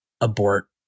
abort